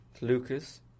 Lucas